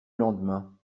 lendemain